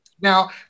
now